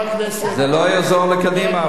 זה לא יעזור לקדימה,